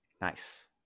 nice